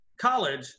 college